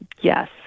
Yes